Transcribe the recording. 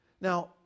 Now